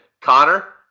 Connor